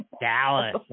Dallas